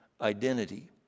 identity